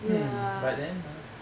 hmm but then ah